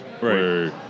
right